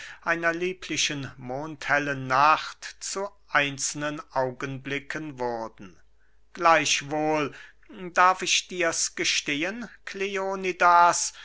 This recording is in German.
einer lieblichen mondhellen nacht zu einzelnen augenblicken wurden gleichwohl darf ich dirs gestehen